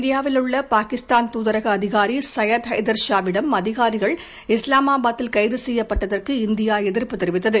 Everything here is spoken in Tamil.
இந்தியாவிலுள்ள பாகிஸ்தான் துாதரக அதிகாரி சையது ஹைதர் ஷாவிடம் அதிகாரிகள் இஸ்லாமாபாத்தில் கைது செய்யப்பட்டதற்கு இந்தியா எதிர்ப்பு தெரிவித்தது